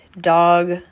dog